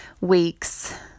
weeks